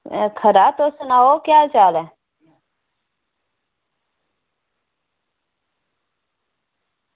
खरा तुस सनाओ केह् हाल चाल ऐ